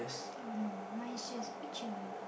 oh no mine just picture